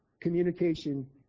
communication